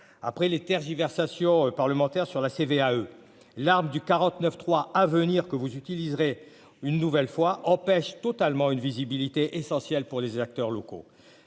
Après les tergiversations parlementaire sur la CVAE l'arme du 49 3 avenir que vous utiliserez une nouvelle fois empêche totalement une visibilité essentiel pour les acteurs locaux,